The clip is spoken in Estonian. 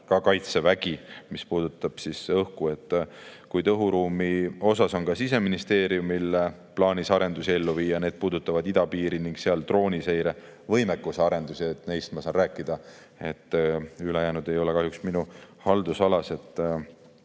Kaitsevägi õhuruumi valve, kuid õhuruumi osas on ka Siseministeeriumil plaanis arendusi ellu viia. Need puudutavad idapiiri ning seal drooniseirevõimekuse arendusi. Neist ma saan rääkida, ülejäänu ei ole kahjuks minu haldusalas.